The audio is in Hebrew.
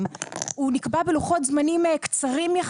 ועד פה יש לי דוגמות לתלושי שכר וזה מגיע ל-90 שקלים.